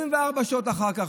24 שעות אחר כך,